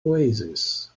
oasis